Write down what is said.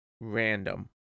random